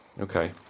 Okay